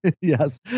Yes